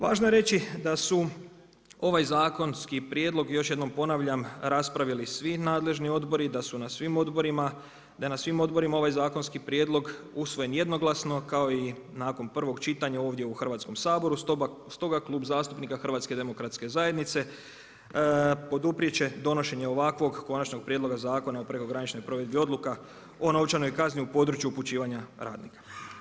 Važno je reći da su ovaj zakonski prijedlog, još jednom ponavljam, raspravili svi nadležni odbori, da je na svim odborima ovaj zakonski prijedlog usvojen jednoglasno, kao i nakon prvog čitanja ovdje u Hrvatskom saboru, stoga Klub zastupnika HDZ-a poduprijeti će ovakvog konačnog prijedloga zakona o prekograničnoj provedbi odluka o novčanoj kazni u području upućivanju radnika.